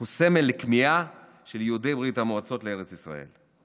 הוא סמל לכמיהה של יהודי ברית המועצות לארץ ישראל.